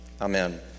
Amen